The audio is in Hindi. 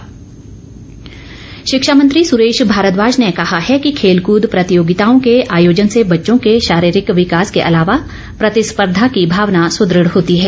सुरेश भारद्वाज शिक्षा मंत्री सुरेश भारद्वाज ने कहा है कि खेलकूद प्रतियोगिताओं के आयोजन से बच्चों के शारीरिक विकास के अलावा प्रतिस्पर्धा की भावना सुदृढ़ होती है